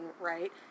right